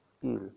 skill